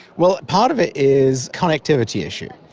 well, part of it is connectivity issue.